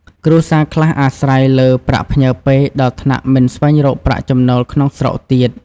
គ្រួសារខ្លះអាស្រ័យលើប្រាក់ផ្ញើពេក ដល់ថ្នាក់មិនស្វែងរកប្រាក់ចំណូលក្នុងស្រុកទៀត។